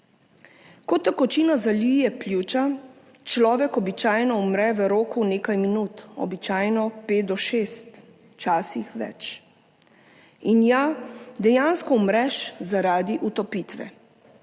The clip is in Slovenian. Ko tekočina zalije pljuča, človek običajno umre v roku nekaj minut, običajno pet do šest, včasih več. In ja, dejansko umreš zaradi utopitve.